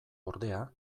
ordea